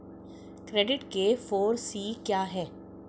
Credit के four C क्या हैं?